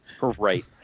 Right